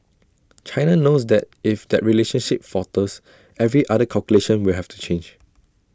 China knows that if that relationship falters every other calculation will have to change